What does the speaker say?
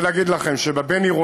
צריך להגיד לכם שבבין-עירוני,